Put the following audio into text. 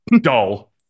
Dull